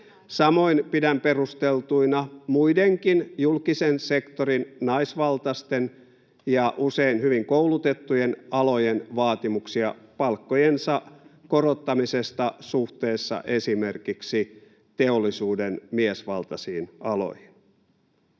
Samoin pidän perusteltuina muidenkin julkisen sektorin naisvaltaisten ja usein hyvin koulutettujen alojen vaatimuksia palkkojensa korottamisesta suhteessa esimerkiksi teollisuuden miesvaltaisiin aloihin.